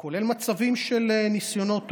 כולל מצבים של ניסיונות אובדנות.